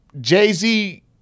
Jay-Z